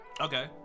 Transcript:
Okay